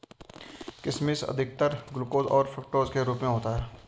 किशमिश अधिकतर ग्लूकोस और फ़्रूक्टोस के रूप में होता है